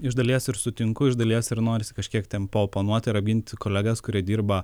iš dalies ir sutinku iš dalies ir norisi kažkiek ten paoponuot ir apginti kolegas kurie dirba